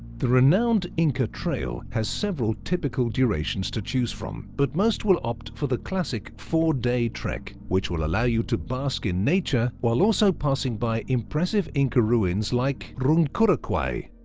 the renowned inca trail, has several typical durations to choose from, but most will opt for the classic four day trek which will allow you to bask in nature while also passing by impressive inca ruins like runkuraqay.